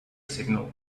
signal